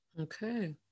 Okay